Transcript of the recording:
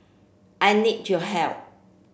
I need your help